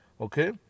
Okay